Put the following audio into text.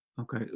Okay